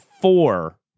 four